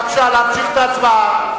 בבקשה להמשיך את ההצבעה.